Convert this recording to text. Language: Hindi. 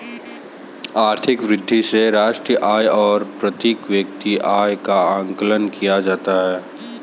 आर्थिक वृद्धि से राष्ट्रीय आय और प्रति व्यक्ति आय का आकलन किया जाता है